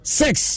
six